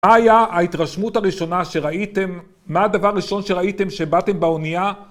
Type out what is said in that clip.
מה הייתה ההתרשמות הראשונה שראיתם? מה הדבר הראשון שראיתם כשבאתם באונייה?